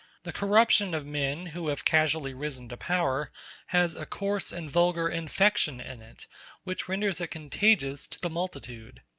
the corruption of men who have casually risen to power has a coarse and vulgar infection in it which renders it contagious to the multitude.